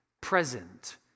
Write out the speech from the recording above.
present